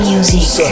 Music